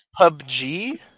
PUBG